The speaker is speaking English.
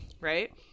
right